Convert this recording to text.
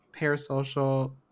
parasocial